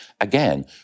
again